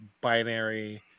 binary